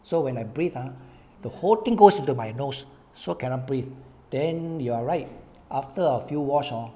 so when I breathe ah the whole thing goes into my nose so cannot breathe then you're right after a few wash hor